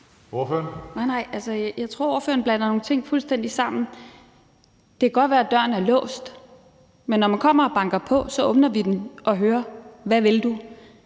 Jeg tror, at ordføreren blander nogle ting fuldstændig sammen. Det kan godt være, at døren er låst, men når man kommer og banker på, åbner vi den og hører: Hvad vil du?